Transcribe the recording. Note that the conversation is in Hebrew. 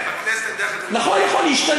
לא, הכנסת, הכנסת, נכון, נכון, היא השתנתה.